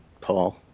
Paul